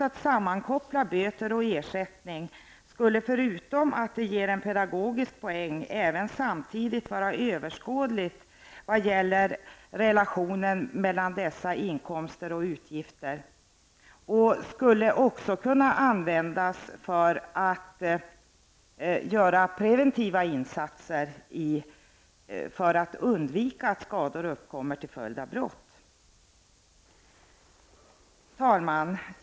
Att sammankoppla böter och ersättning skulle, förutom att det ger en pedagogisk poäng, samtidigt vara överskådligt vad gäller relationerna mellan dessa inkomster och utgifter. De skulle även kunna användas för att göra preventiva insatser och för att undvika att skador uppkommer till följd av brott. Fru talman!